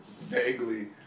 Vaguely